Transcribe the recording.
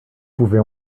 pouvez